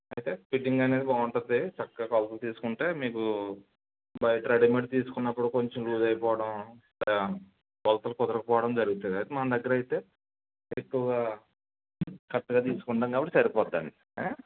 chest fitting అనేది బాగుంటుంది చక్కగా కొలతలు తీసుకుంటే మీకు బయట రెడిమేట్ తీసుకున్నప్పుడు కొంచెం లూజ్ అయిపోవడం కొలతలు కుదరకపోవడం జరుగుతుంది అయితే మన దగ్గర అయితే ఎక్కువగా కరెక్ట్గా తీసుకుంటాం కాబట్టి సరిపోద్దండి